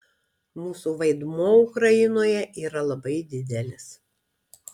mūsų vaidmuo ukrainoje yra labai didelis